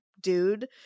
dude